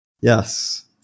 yes